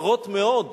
מרות מאוד.